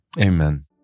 Amen